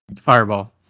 Fireball